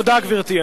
תודה, גברתי.